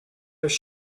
their